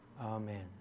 amen